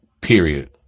period